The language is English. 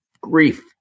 grief